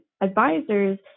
advisors